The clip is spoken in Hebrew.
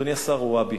אדוני השר, רוואבי.